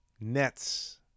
Nets